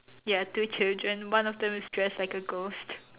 ya two children one of them is dressed like a ghost